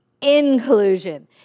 inclusion